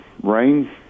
rain